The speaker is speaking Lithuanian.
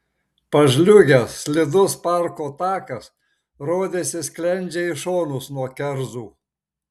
pažliugęs slidus parko takas rodėsi sklendžia į šonus nuo kerzų